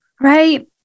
Right